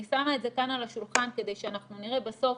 אני שמה את זה כאן על השולחן כדי שאנחנו נראה בסוף